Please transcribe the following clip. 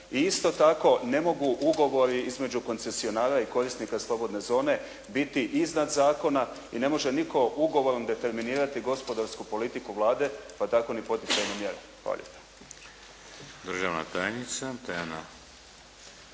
I isto tako ne mogu ugovori između koncesionara i korisnika slobodne zone biti iznad zakona i ne može nitko ugovorom determinirati gospodarsku politiku Vlade pa tako ni poticajne mjere. Hvala